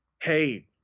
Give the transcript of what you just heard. hey